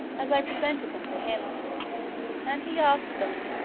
as i presented them to him and he asked them,